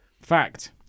Fact